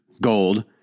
gold